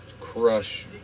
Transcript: crush